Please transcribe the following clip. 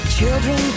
Children